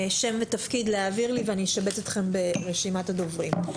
שם ותפקיד להעביר לי ואני אשבץ אתכם ברשימת הדוברים.